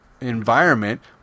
environment